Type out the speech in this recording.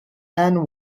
anne